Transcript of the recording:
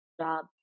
Job